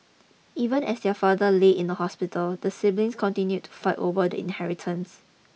even as their father lay in the hospital the siblings continued to fight over the inheritance